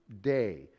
day